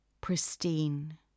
pristine